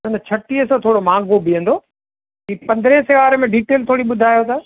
न न छटीह हो थोरो महांगो बीहंदो हीअ पंद्रहें सएं वारे में डीटेल थोरी ॿुधायो त